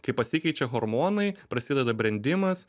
kai pasikeičia hormonai prasideda brendimas